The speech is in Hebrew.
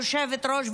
היושבת-ראש,